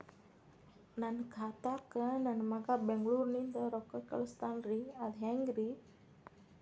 ನನ್ನ ಖಾತಾಕ್ಕ ನನ್ನ ಮಗಾ ಬೆಂಗಳೂರನಿಂದ ರೊಕ್ಕ ಕಳಸ್ತಾನ್ರಿ ಅದ ಹೆಂಗ್ರಿ?